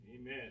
Amen